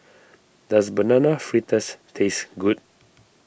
does Banana Fritters taste good